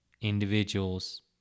individuals